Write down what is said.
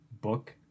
book